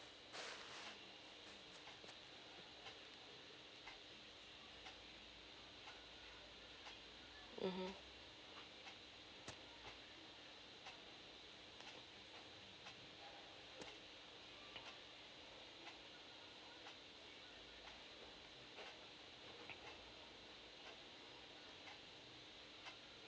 mmhmm